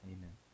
Amen